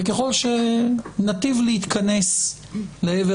וככל שניטיב להתכנס לעבר